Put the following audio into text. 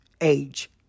age